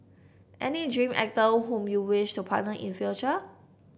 any dream actor whom you wish to partner in future